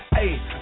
hey